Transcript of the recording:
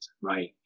right